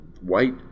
white